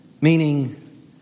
Meaning